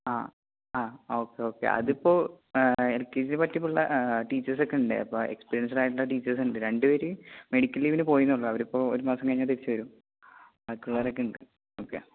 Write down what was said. ആ ആ okay okay അതിപ്പോൾ എൽ കെ ജി പറ്റിയ ടീച്ചേഴ്സ്സൊക്കെ ഉണ്ട് അപ്പോൾ എക്സ്പീരിയൻസ്ഡായിട്ടുള്ള ടീച്ചേഴ്സ് ഉണ്ട് രണ്ട് പേർ മെഡിക്കൽ ലീവിന് പോയിയെന്നെ ഉളളൂ അവരിപ്പോൾ ഒരു മാസം കഴിഞ്ഞാൽ തിരിച്ചുവരും ബാക്കിയുള്ളവരൊക്കെ ഉണ്ട് ഓക്കേ